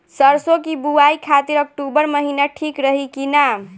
सरसों की बुवाई खाती अक्टूबर महीना ठीक रही की ना?